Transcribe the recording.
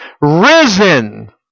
risen